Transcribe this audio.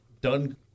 done